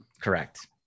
correct